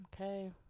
okay